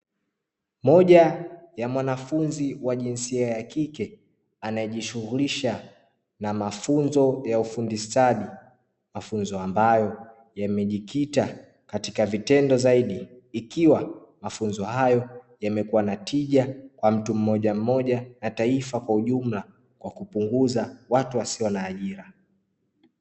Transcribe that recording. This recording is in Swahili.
Moja ya mwanafunzi wa jinsia ya kike, anayejishughulisha na mafunzo ya ufundi stadi; mafunzo ambayo yamejikita katika vitendo zaidi, ikiwa mafunzo hayo yamekuwa na tija kwa mtu moja moja na taifa kwa ujumla, kwa kupunguza watu wasio na ajira.